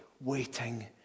waiting